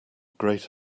great